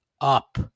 up